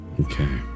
Okay